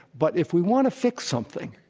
but if we want to fix something,